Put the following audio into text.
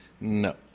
no